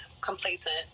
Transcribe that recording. complacent